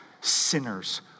sinners